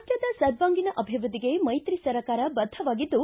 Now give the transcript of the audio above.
ರಾಜ್ಯದ ಸರ್ವಾಂಗೀಣ ಅಭಿವೃದ್ಧಿಗೆ ಮೈತ್ರಿ ಸರ್ಕಾರ ಬದ್ಧವಾಗಿದ್ದು